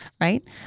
right